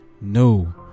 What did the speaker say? no